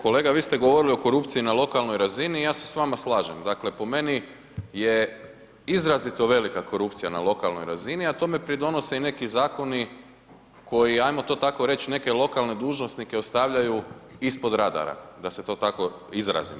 Kolega vi ste govorili o korupciji na lokalnoj razini i ja se s vama slažem, dakle, po meni je izrazito velika korupcija na lokalnoj razini, ali tome pridonosi i neki zakon, koji ajmo to tako reći, neke lokalne dužnosnike ostavljaju ispod radara, da se to tako izrazim.